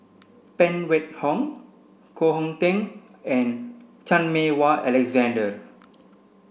Phan Wait Hong Koh Hong Teng and Chan Meng Wah Alexander